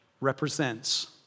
represents